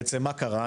בעצם, מה קרה?